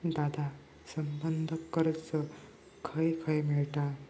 दादा, संबंद्ध कर्ज खंय खंय मिळता